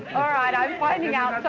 all right i'm finding out